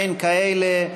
אין כאלה.